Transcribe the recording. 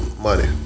money